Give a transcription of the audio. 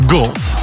Gold